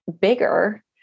bigger